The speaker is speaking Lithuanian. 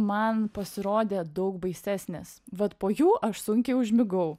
man pasirodė daug baisesnės vat po jų aš sunkiai užmigau